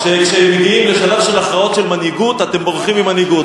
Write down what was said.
שכשמגיעים לשלב של הכרעות של מנהיגות אתם בורחים ממנהיגות.